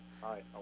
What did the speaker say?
Hi